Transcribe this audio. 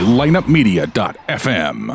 lineupmedia.fm